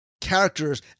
characters